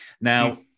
Now